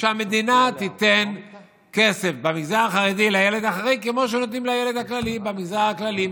שהמדינה תיתן כסף במגזר החרדי לילד החריג כמו שנותנים לילד במגזר הכללי,